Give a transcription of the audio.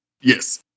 Yes